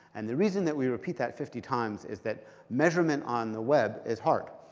and the reason that we repeat that fifty times is that measurement on the web is hard.